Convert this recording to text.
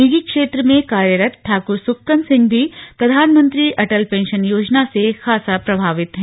निजी क्षेत्र में कार्यरत ठाकुर सुखकन सिंह भी प्रधानमंत्री अटल पेंशन योजना से खासा प्रभावित हैं